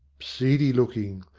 seedy-look ing.